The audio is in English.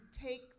take